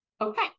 Okay